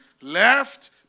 left